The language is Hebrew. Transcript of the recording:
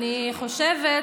אני חושבת,